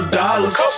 dollars